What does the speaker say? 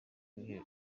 igihe